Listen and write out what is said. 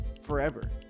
forever